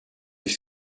ich